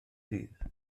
ddydd